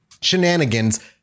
shenanigans